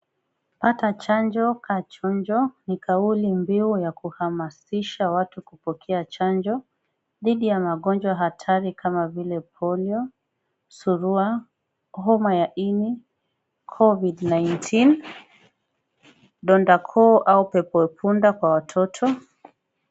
Pata chanjo kaa chonjo ni kauli mbinu ya kuhamasisha watu kupokea chanjo dhidi ya magonjwa hatari kama vile polio, surua, homa ya ini, covid 19, donda Koo au pepo punda kwa watoto.